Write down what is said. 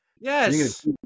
Yes